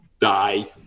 die